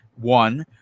one